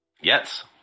Yes